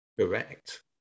Correct